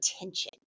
attention